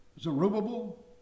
Zerubbabel